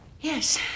Yes